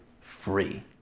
free